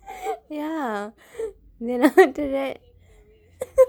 ya ya after that